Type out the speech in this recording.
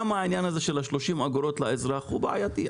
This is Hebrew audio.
גם העניין של ה-30 אגורות לאזרח הוא בעייתי.